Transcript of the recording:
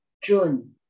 June